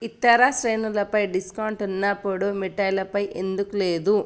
ఇతర శ్రేణులపై డిస్కౌంట్ ఉన్నప్పుడు మిఠయిలపై ఎందుకు లేదు